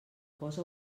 posa